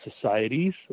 societies